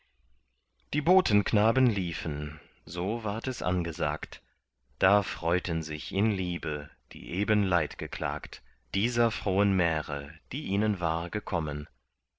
die botenknaben liefen so ward es angesagt da freuten sich in liebe die eben leid geklagt dieser frohen märe die ihnen war gekommen